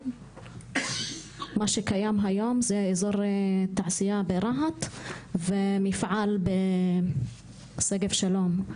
מה שקיים היום זה אזור תעשייה ברהט ומפעל בשגב שלום.